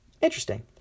Interesting